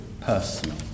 personal